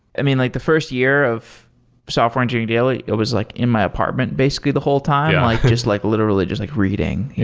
i mean, like the first year of software engineering daily, it was like in my apartment basically the whole time like like literally, just like reading.